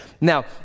Now